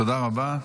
תודה רבה.